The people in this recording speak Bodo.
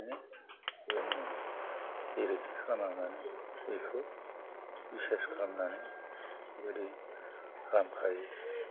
ओंखायनो जोङो जेरैखि खालामा मानो बेखौ बिसास खालामनानै बेबादि खालामखायो